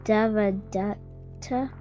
Devadatta